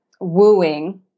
wooing